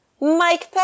Mike